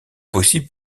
possible